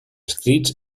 escrits